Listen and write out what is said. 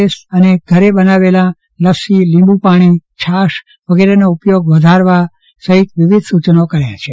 S અને ઘરે બનાવેલા લસ્સીલીબુ પાણીછાસ વગેરેનો ઉપયોગ વધારવા સહીત વિવિધ સૂચનો કર્યા છે